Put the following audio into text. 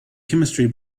chemistry